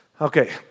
Okay